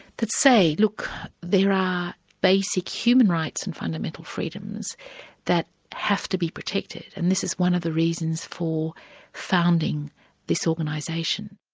that say, look, there are basic human rights and fundamental freedoms that have to be protected, and this is one of the reasons for founding this organisation.